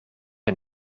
een